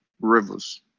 Rivers